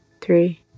three